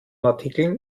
artikeln